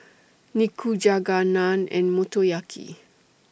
Nikujaga Naan and Motoyaki